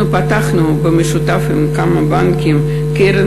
אנחנו פתחנו במשותף עם כמה בנקים קרן